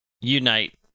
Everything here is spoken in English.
unite